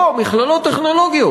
אבל פה זה מכללות טכנולוגיות,